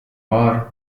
paar